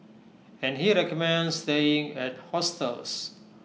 and he recommends staying at hostels